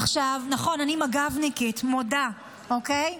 עכשיו, נכון, אני מג"בניקית, מודה, אוקיי,